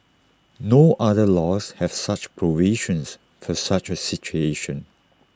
no other laws have such provisions for such A situation